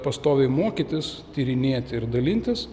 pastoviai mokytis tyrinėti ir dalintis